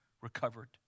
recovered